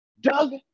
Doug